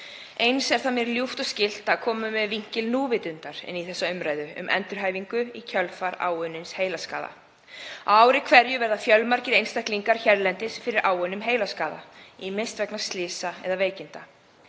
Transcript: Eins er það mér ljúft og skylt að koma með vinkil núvitundar inn í þessa umræðu um endurhæfingu í kjölfar áunnins heilaskaða. Á ári hverju verða fjölmargir einstaklingar hérlendis fyrir áunnum heilaskaða, ýmist vegna slysa eða veikinda.